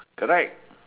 correct